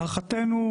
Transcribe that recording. להערכתנו,